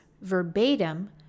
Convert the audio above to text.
verbatim